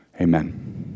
amen